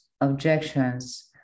objections